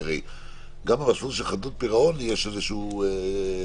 כי הרי גם במסלול של חדלות פירעון יש איזשהו שיקול